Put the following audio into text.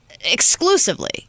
Exclusively